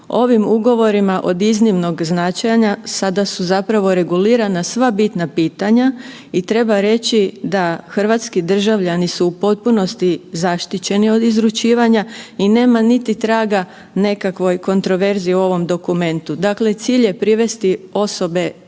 Ovim ugovorima od iznimnog značenja sada su zapravo regulirana sva bitna pitanja i treba reći da su hrvatski državljani u potpunosti zaštićeni od izručivanja i nema niti traga nekakvoj kontroverzi u ovom dokumentu. Dakle, cilj je privesti osobe